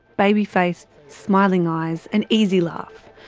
baby-faced, smiling eyes, an easy laugh.